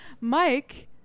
Mike